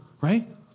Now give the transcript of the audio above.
right